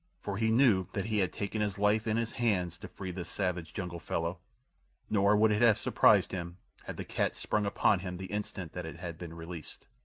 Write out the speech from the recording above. for he knew that he had taken his life in his hands to free this savage jungle fellow nor would it have surprised him had the cat sprung upon him the instant that it had been released.